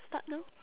start now